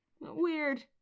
Weird